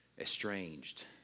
estranged